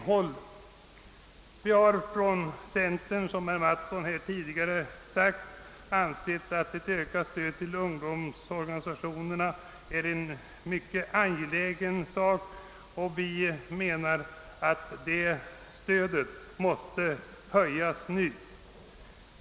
Som herr Mattsson tidigare sagt har vi inom centerpartiet ansett ett ökat stöd till ungdomsorganisationerna angeläget.